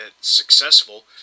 successful